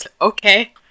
okay